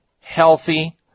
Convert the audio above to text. healthy